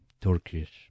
Turkish